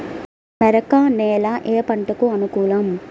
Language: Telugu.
మెరక నేల ఏ పంటకు అనుకూలం?